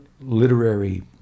literary